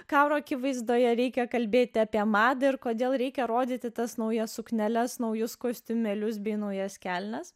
karo akivaizdoje reikia kalbėti apie madą ir kodėl reikia rodyti tas naujas sukneles naujus kostiumėlius bei naujas kelnes